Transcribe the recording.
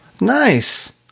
Nice